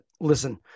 Listen